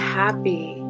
happy